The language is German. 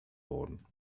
worden